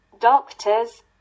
doctors